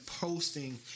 Posting